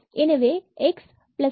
எனவே x1 என்பது சமமானது ஆகிறது